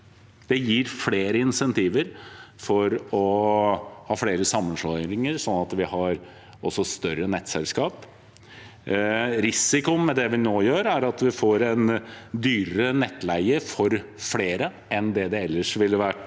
Det gir flere insentiver for å ha flere sammenslåinger, slik at vi også får større nettselskaper. Risikoen med det vi nå gjør, er at vi får en dyrere nettleie for flere enn det ellers ville ha vært